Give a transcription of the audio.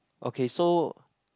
okay so